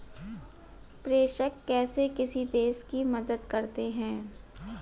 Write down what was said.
प्रेषण कैसे किसी देश की मदद करते हैं?